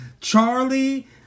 Charlie